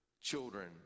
children